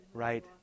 Right